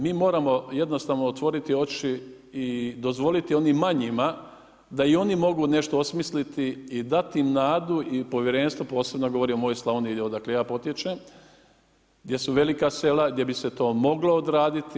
Mi moramo jednostavno otvoriti oči i dozvoliti onim manjima da i oni mogu nešto osmisliti i dati im nadu i povjerenstvo posebno ja govorim o mojoj Slavoniji odakle ja potječem, gdje su velika sela, gdje bi se to moglo odraditi.